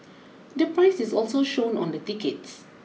the price is also shown on the tickets